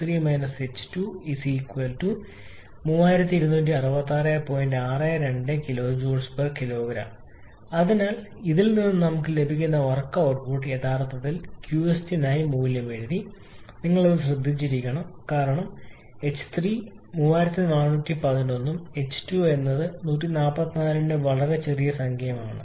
62 𝑘𝐽⁄𝑘𝑔 𝑜𝑓 𝑠𝑡𝑒𝑎𝑚 അതിനാൽ ഇതിൽ നിന്ന് നിങ്ങൾക്ക് ലഭിക്കുന്ന വർക്ക് output ട്ട്പുട്ട് യഥാർത്ഥത്തിൽ ഞാൻ qST നായി മൂല്യം എഴുതി നിങ്ങൾ ഇത് ശ്രദ്ധിച്ചിരിക്കണം കാരണം h3 3411 ഉം h2 എന്നത് 144 ന്റെ വളരെ ചെറിയ സംഖ്യയുമാണ്